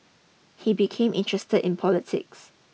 he became interested in politics